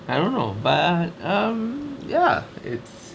I don't know but um ya it's